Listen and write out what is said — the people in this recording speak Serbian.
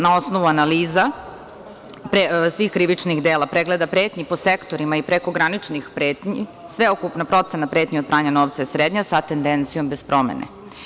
Na osnovu analiza svih krivičnih dela, pregleda pretnji po sektorima i prekograničnih pretnji, sveukupna procena pretnji od pranja novca je srednja sa tendencijom bez promene.